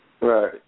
Right